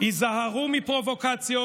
היזהרו מפרובוקציות.